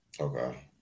Okay